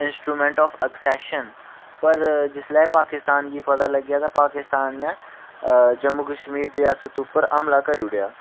instrument of accession पर जिसलै पाकिस्तान गी पता लग्गेआ तां पाकिस्तान ने अ जम्मू कश्मीर रियासत उप्पर हमला करूड़ेआ